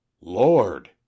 lord